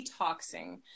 detoxing